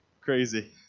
Crazy